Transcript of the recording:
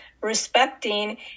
respecting